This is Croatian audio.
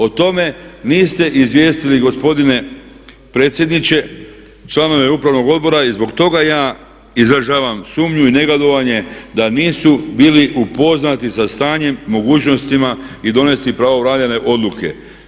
O tome niste izvijestili gospodine predsjedniče članove upravnog odbora i zbog toga ja izražavam sumnju i negodovanje da nisu bili upoznati sa stanjem, mogućnosti i donijeti pravovaljane odluke.